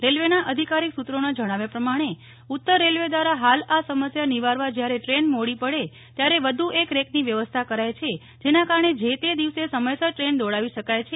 રેલવેના અધિકારીક સૂત્રોના જણાવ્યા પ્રમાણે ઉત્તર રેલવે દ્વારા હાલ આ સમસ્યા નિવારવા જ્યારે ટ્રેન મોડી પડે ત્યારે વધુ એક રેકની વ્યવસ્થા કરાય છે જેના કારણે જે તે દિવસે સમયસર ટ્રેન દોડાવી શકાય છે